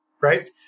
right